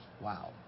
Wow